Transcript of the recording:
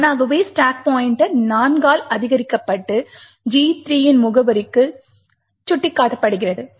தானாகவே stack pointer 4 ஆல் அதிகரிக்கப்பட்டு G 3 இன் முகவரிக்கு சுட்டிக்காட்டப்படுகிறது